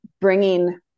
bringing